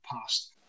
past